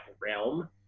realm